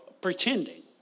pretending